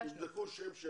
הגשתי.